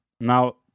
Now